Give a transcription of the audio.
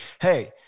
Hey